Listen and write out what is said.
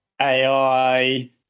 AI